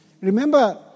Remember